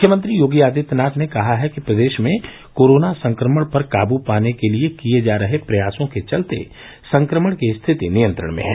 मुख्यमंत्री योगी आदित्यनाथ ने कहा है कि प्रदेश में कोरोना संक्रमण पर काबू पाने के लिए किये जा रहे प्रयासों के चलते संक्रमण की स्थिति नियंत्रण में है